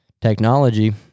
Technology